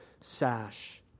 sash